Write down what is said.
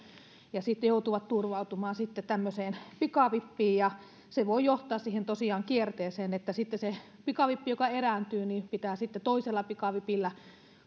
ja sitten joutuvat turvautumaan tämmöiseen pikavippiin ja se voi johtaa tosiaan siihen kierteeseen että se pikavippi joka erääntyy pitää sitten toisella pikavipillä